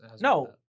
No